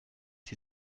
die